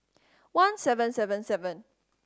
one seven seven seven